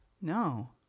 No